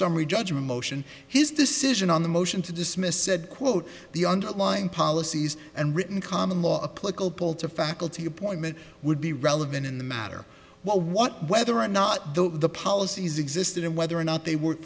summary judgment motion his decision on the motion to dismiss said quote the underlying policies and written common law a political pull to faculty appointment would be relevant in the matter while what whether or not the policies existed and whether or not they were